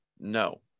No